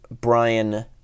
Brian